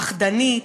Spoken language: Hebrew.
פחדנית,